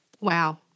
Wow